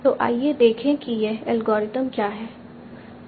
तो आइए देखें कि यह एल्गोरिथम क्या करता है